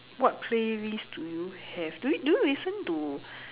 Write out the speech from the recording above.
what playlist do you have do do you listen to